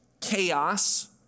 chaos